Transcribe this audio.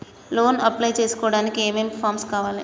Loan apply చేయడానికి ఏం ఏం ఫామ్స్ కావాలే?